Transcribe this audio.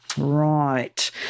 Right